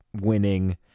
winning